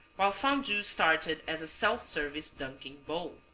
while fondue started as a self-service dunking bowl.